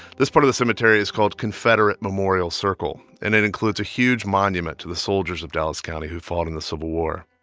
this part of the cemetery is called confederate memorial circle, and it includes a huge monument to the soldiers of dallas county who fought in the civil war.